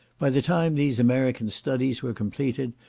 by the time these american studies were completed,